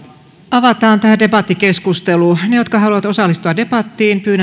avataan tähän debattikeskustelu pyydän että te jotka haluatte osallistua debattiin